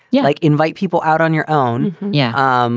yeah. like invite people out on your own. yeah. ah um